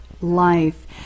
Life